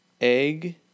egg